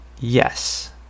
yes